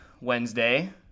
Wednesday